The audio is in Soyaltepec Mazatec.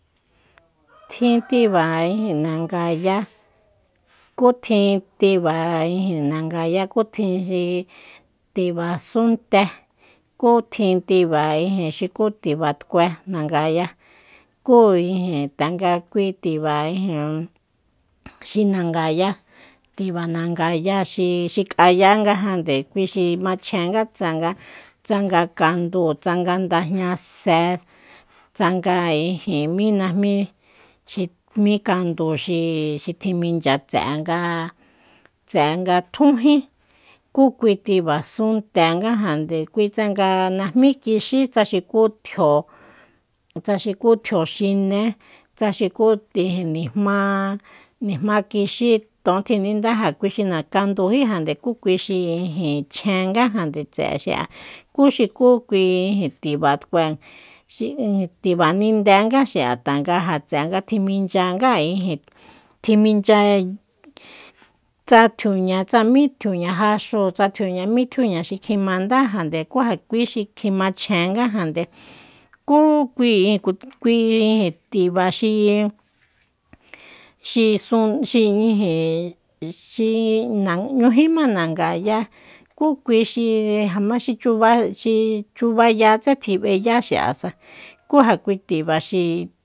Tjin tiba ijin nangaya ku tjin tiba ijin nangaya ku tjin tiba súnte ku tjin tiba ijin xuku tibat'kue nagaya kú ijin tanga mkui tiba ijin xi nangaya- tiba nangaya xi- xi k'aya ngajande kui xi machjenga tsanga- tsanga kandúu tsanga ndajñase tsanga ijin mí najmí xi mi kandu xi tjiminchya tse'e nga- tse nga tjúnjí ku kui tiba súntengajande kui tsa najm'i kixí tsa xukú tjio tsa xuku tjio xiné tsa xukú ijin nijma- nijma kixíton tjinindá ja kui xi kandujíjande ja kui xi ijin chjengajande tse xi'a ku xuku kui tibatkue tiba ninde nga xi'a tanga ja tse'e nga tjiminchyanga ijin tjimimnchya tsa tjiuña tsamí tjiuña jaxúu tsa tjiuña mí tjiuña xi kjimandájande kú ja kui xi kjimachjengajande kú kui- kui tiba xi- xi sun xi ijin xi na n'ñújima nagaya kú kui xi ja ma xi chuba xi chibayatse tjib'eya xi'a kú ja kui tiba xi